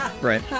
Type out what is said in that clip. right